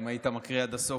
אם היית מקריא עד הסוף,